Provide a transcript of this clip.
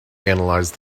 analyzed